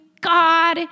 God